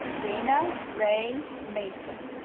dana rae mason